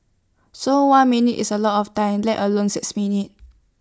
so one minute is A lot of time let alone six minute